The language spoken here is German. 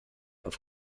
auf